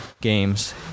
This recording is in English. games